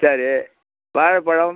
சரி வாழைப்பழம்